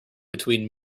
between